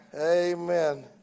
Amen